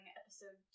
episode